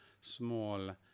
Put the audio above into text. small